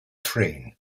train